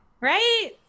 right